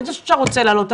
אני יודעת שאתה רוצה להעלות,